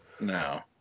No